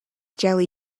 jelly